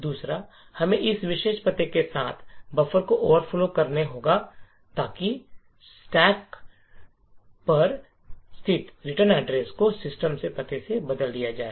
दूसरा हमें इस विशेष पते के साथ बफर को ओवरफ्लो करना होगा ताकि स्टैक पर स्थित रिटर्न एड्रेस को सिस्टम के पते से बदल दिया जाए